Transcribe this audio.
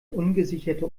ungesicherte